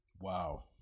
Wow